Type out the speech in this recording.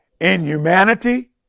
inhumanity